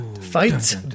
fight